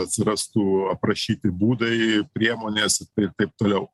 atsirastų aprašyti būdai priemonės ir taip toliau